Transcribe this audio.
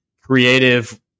creative